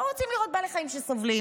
לא רוצים לראות בעלי חיים סובלים.